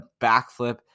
backflip